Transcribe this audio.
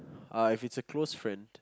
uh if it's a close friend